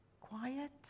quiet